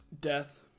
death